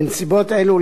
בנסיבות אלו,